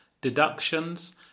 deductions